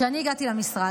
כשאני הגעתי למשרד,